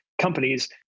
companies